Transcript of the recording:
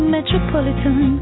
Metropolitan